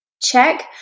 check